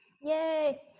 Yay